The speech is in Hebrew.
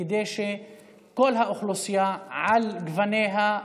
כדי שכל האוכלוסייה על גווניה,